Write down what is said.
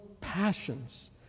passions